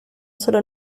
solo